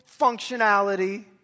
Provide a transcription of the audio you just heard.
functionality